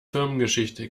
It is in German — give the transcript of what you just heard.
firmengeschichte